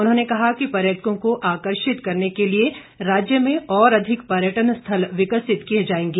उन्होंने कहा कि पर्यटकों को आकर्षित करने के लिए राज्य में और अधिक पर्यटन स्थल विकसित किए जाएंगे